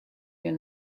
your